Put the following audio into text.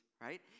Right